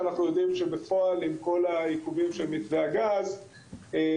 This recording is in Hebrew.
אנחנו יודעים שבפועל עם כל העיכובים של מתווה הגז לוויתן